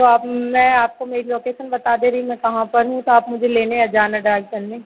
तो आप मैं आपको मेरी लोकेसन बता दे रही मैं कहाँ पर हूँ तो आप मुझे लेने आ जाना डाल करने